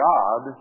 God